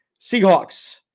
Seahawks